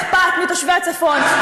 לשנינו אכפת מתושבי הצפון,